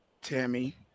Tammy